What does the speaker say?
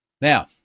Now